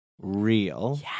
real